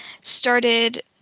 started